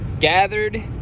gathered